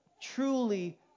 truly